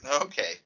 Okay